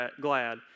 glad